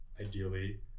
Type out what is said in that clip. ideally